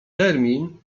termin